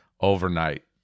overnight